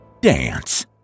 dance